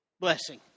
blessing